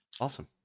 Awesome